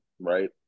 right